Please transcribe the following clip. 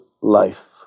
life